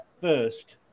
first